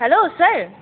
hello sir